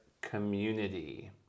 community